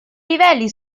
livelli